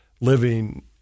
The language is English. living